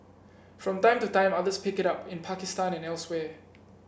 from time to time others pick it up in Pakistan and elsewhere